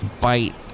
bite